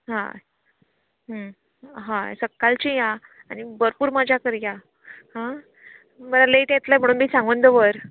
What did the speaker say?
हय हं हय सकाळचीं या भरपूर मजा करया हां घरा लॅट येतलें म्हणून बी सांगून दवर